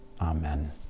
Amen